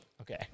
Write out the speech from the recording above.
Okay